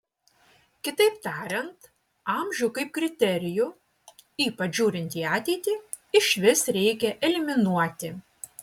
kitaip tariant amžių kaip kriterijų ypač žiūrint į ateitį išvis reikia eliminuoti